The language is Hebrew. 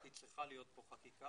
כי צריכה להיות פה חקיקה.